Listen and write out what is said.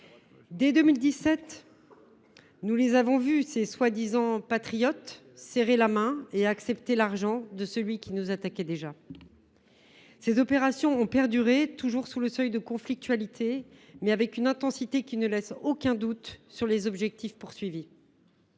Dès 2017, nous les avons vus, ces soi disant patriotes, serrer la main et accepter l’argent de celui qui nous attaquait déjà. Ces opérations ont perduré, toujours sous le seuil de conflictualité, mais avec une intensité qui ne laisse aucun doute sur les objectifs visés.